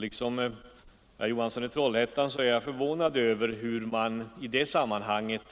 Liksom herr Johansson i Trollhättan är jag förvånad över hur man i det sammanhanget